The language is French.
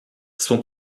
son